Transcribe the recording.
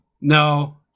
No